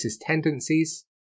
tendencies